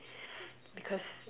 because